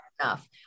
enough